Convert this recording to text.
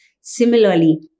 Similarly